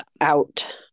out